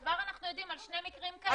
כבר אנחנו יודעים על שני מקרים כאלה.